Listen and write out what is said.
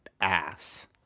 ass